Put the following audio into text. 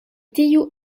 tiu